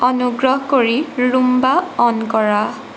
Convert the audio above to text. অনুগ্ৰহ কৰি Roomba on কৰা